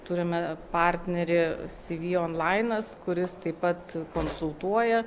turime partnerį sivi onlainas kuris taip pat konsultuoja